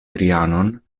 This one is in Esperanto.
trianon